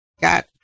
got